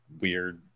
weird